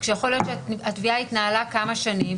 אחרי שיכול להיות שהתביעה התנהלה כמה שנים,